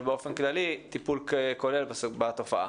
אבל באופן טיפול כולל בתופעה.